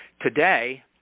Today